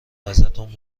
ازتون